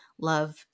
love